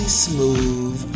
smooth